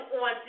on